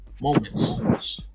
moments